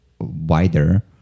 wider